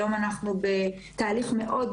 היום אנחנו בתהליך מאוד